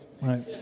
right